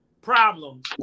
problems